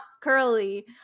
curly